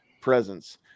presence